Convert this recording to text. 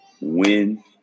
win